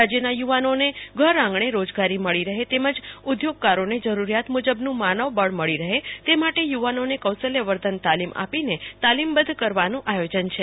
રાજ્યના યુવાનોને ઘર આંગણે રોજગારી મળી રહે તેમજ ઉઘોગકારોને જરૂરિયાત મુજબનું માનવબળ મળી રહે તે માટે યુવાઓને કૌશલ્યવર્ધન તાલિમ આપીને કરવાનું આયોજન છે